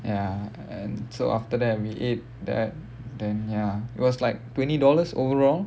ya and so after that we ate that then ya it was like twenty dollars overall